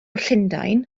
llundain